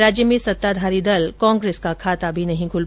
राज्य में सत्ताधारी दल कांग्रेस का खाता भी नहीं खुला